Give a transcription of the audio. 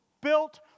built